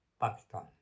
Pakistan